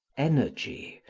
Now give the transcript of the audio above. energy,